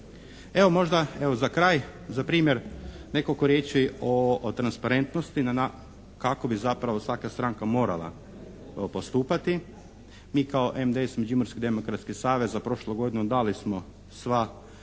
Evo možda, evo za kraj za primjer nekoliko riječi o transparentnosti kako bi zapravo svaka stranka morala postupati. Mi kao MDS, Međimurski demokratski savez za prošlu godinu dali smo sva